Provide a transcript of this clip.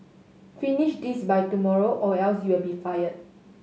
finish this by tomorrow or else you'll be fired